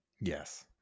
yes